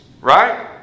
Right